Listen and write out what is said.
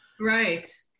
Right